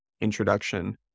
introduction